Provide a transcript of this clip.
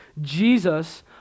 Jesus